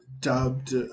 dubbed